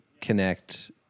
connect